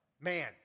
Man